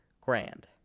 grand